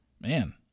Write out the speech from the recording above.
man